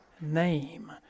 name